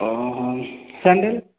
ଓ ହଁ ସେଣ୍ଡେଲ